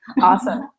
Awesome